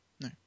No